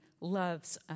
loves